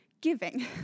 giving